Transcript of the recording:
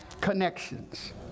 connections